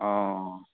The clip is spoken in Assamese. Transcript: অঁ